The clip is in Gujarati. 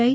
આઈ